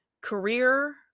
career